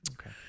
Okay